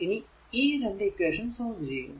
ഇനി ഈ രണ്ടു ഇക്വേഷൻ സോൾവ് ചെയ്യുക